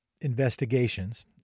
investigations